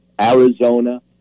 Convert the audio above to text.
Arizona